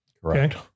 Correct